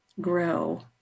grow